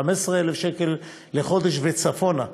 15,000 שקלים לחודש וצפונה.